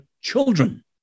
children